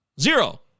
Zero